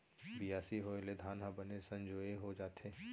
बियासी होय ले धान ह बने संजोए हो जाथे